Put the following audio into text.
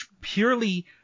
purely